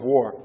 War